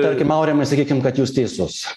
tarkim aurimai sakykim kad jūs teisus